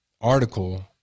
article